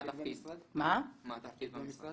למען הסר ספק, גילה נגר היא בחורה